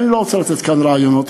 ואני לא רוצה לתת כאן רעיונות,